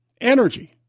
energy